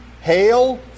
hail